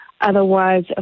otherwise